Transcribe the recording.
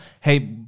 hey